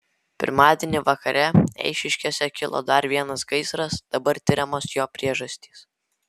pirmadienį vakare eišiškėse kilo dar vienas gaisras dabar tiriamos jo priežastys